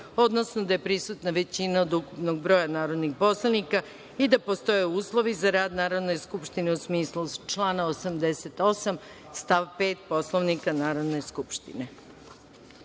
odnosno da je prisutna većina od ukupnog broja narodnih poslanika i da postoje uslovi za rad Narodne skupštine u smislu člana 88. stav 5. Poslovnika Narodne